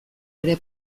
ere